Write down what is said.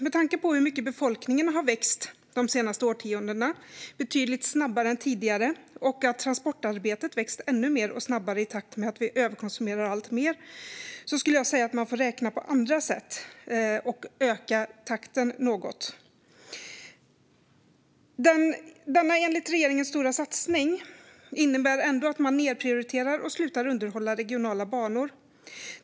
Med tanke på hur mycket befolkningen har vuxit de senaste årtiondena - betydligt snabbare än tidigare - och att transportarbetet har vuxit ännu mer och snabbare i takt med att vi överkonsumerar alltmer menar jag att man får räkna på andra sätt och öka takten något. Denna enligt regeringen stora satsning innebär ändå att man nedprioriterar och slutar underhålla regionala banor.